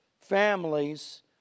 Families